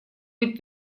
быть